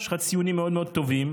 יש לך ציונים מאוד מאוד טובים,